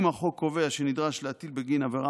אם החוק קובע שנדרש להטיל בגין עבירה